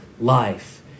life